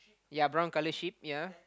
yea brown colour sheep yea